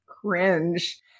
cringe